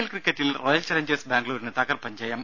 L ക്രിക്കറ്റിൽ Royal Challengers ബാംഗ്ലൂരിന് തകർപ്പൻ ജയം